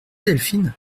delphine